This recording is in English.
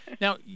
Now